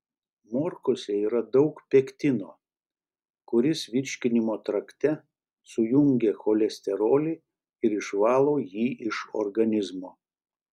morkose yra daug pektino kuris virškinimo trakte sujungia cholesterolį ir išvalo jį iš organizmo